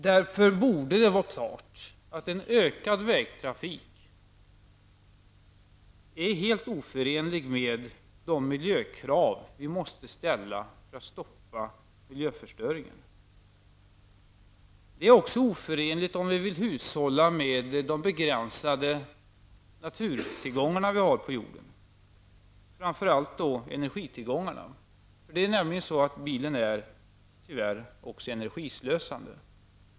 Därför borde det vara klart att en ökad vägtrafik är helt oförenlig med de miljökrav vi måste ställa för att stoppa miljöförstöringen. De är också oförenliga med en strävan hushålla med de begränsade naturtillgångar vi har på jorden, framför allt energitillgångarna. Det är nämligen så att bilen tyvärr är energislösande.